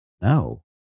No